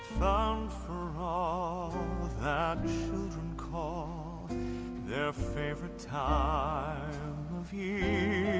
um for all that children call their favorite time of year